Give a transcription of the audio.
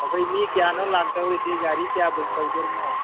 ꯅꯈꯣꯏ ꯃꯤ ꯀꯌꯥꯅꯣ ꯂꯥꯛꯇꯧꯔꯤꯁꯤ ꯒꯥꯔꯤ ꯀꯌꯥ ꯕꯨꯛ ꯇꯧꯗꯣꯔꯤꯃꯣ